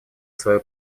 свою